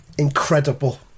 Incredible